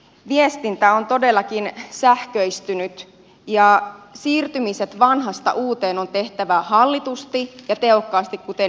viestintä on todellakin sähköistynyt ja siirtymiset vanhasta uuteen on tehtävä hallitusti ja tehokkaasti kuten ministeri totesi